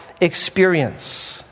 experience